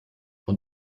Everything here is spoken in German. und